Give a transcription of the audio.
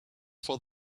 for